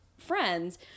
friends